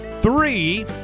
three